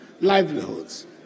livelihoods